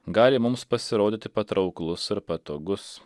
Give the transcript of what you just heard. gali mums pasirodyti patrauklus ir patogus